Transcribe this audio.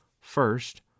First